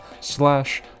slash